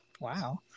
Wow